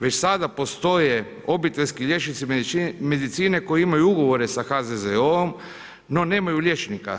Već sada postoje obiteljski liječnici medicine koji imaju ugovore sa HZZO-om no nemaju liječnika.